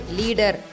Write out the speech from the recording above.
leader